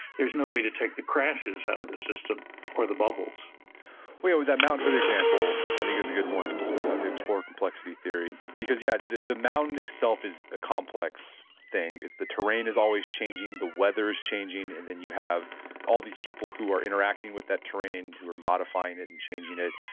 there's no way to take the crashes out of the system or the bubbles wait, with that mount hood example, i think is a good one ah to explore complexity theory, because, yeah, the the mountain itself is a complex thing. the terrain is always changing, the weather's changing, and then you have all these people who are interacting with that terrain who are modifying it and changing it.